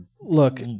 look